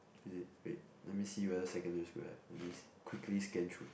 is it wait let me see whether secondary school I have let me see quickly scan through